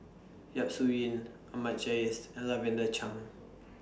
Yap Su Yin Ahmad Jais and Lavender Chang